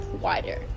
wider